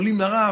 עולים לרב,